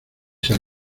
ser